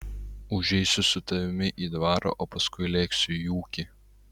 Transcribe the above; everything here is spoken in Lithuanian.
užeisiu su tavimi į dvarą o paskui lėksiu į ūkį